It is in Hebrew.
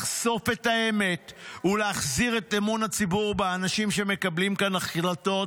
לחשוף את האמת ולהחזיר את אמון הציבור באנשים שמקבלים כאן החלטות